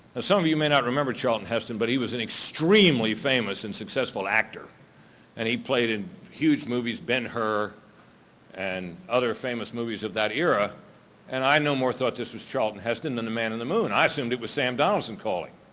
ah some of you may not remember charlton heston, but he was an extremely famous and successful actor and he played in huge movies, ben-hur and other famous movies of that era and i no more thought this was charlton heston than the man in the moon. i assumed it was sam donaldson calling,